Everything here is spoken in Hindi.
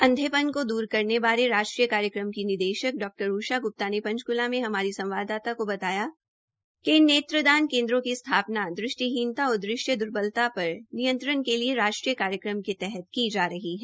अंधेपन को दूर करने बारे राष्ट्रीय कार्यक्रम की निदेशक डा ऊषा ग्प्ता ने पंचकूला में हमारी संवाददाता को बताया कि इन नेत्रदान केन्द्रों की स्थापना दृष्टिहीनता और दृश्य दूर्बलता पर नियंत्रण के लिए राष्ट्रीय कार्यक्रम के तहत की जा रही है